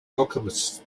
alchemists